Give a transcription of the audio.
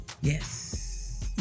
Yes